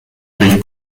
bel